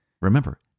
Remember